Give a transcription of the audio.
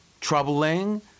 troubling